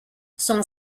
son